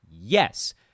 yes